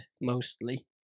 mostly